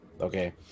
okay